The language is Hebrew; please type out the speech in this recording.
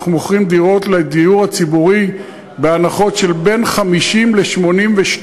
אנחנו מוכרים דירות בדיור הציבורי בהנחות שבין 50% ל-82%.